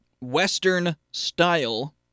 Western-style